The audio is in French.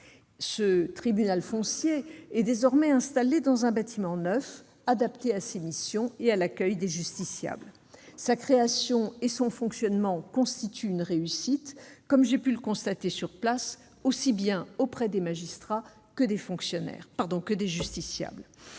propres. Il est désormais installé dans un bâtiment neuf adapté à ses missions et à l'accueil des justiciables. Sa création et son fonctionnement constituent une réussite, comme j'ai pu le constater sur place, auprès aussi bien des magistrats que des justiciables.